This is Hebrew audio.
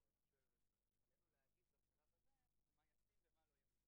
כמו שאמרתי קודם, בדרך כלל דרכי ההוכחה הן